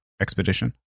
expedition